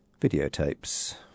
videotapes